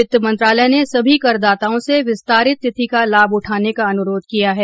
वित्त मंत्रालय ने सभी करदाताओं से विस्तारित तिथि का लाभ उठाने का अनुरोध किया है